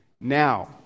now